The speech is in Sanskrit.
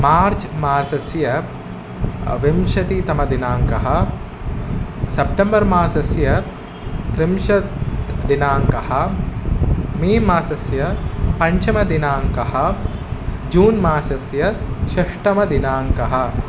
मार्च् मासस्य विंशतितमदिनाङ्कः सप्तम्बर् मासस्य त्रिंशत्दिनाङ्कः मे मासस्य पञ्चमदिनाङ्कः जून् मासस्य षष्टमदिनाङ्कः